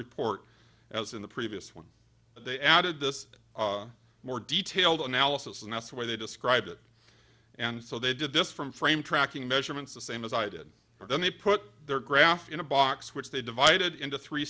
report as in the previous one they added this more detailed analysis and that's where they describe it and so they did this from frame tracking measurements the same as i did then they put their graph in a box which they divided into three